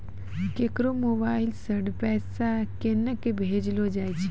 केकरो मोबाइल सऽ पैसा केनक भेजलो जाय छै?